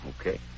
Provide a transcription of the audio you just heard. Okay